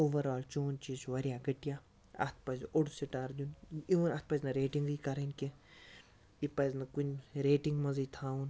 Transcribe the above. over all چون چیٖز چھُ واریاہ گٔٹیا اَتھ پَزِ اوٚڑ سِٹار دِیُن اِوِن اَتھ پَزٕ نہٕ ریٹِنٛگٕے کَرٕنۍ کیٚنٛہہ یہِ پَزِ نہٕ کُنہِ ریٹِنٛگ مَنٛزٕے تھاوُن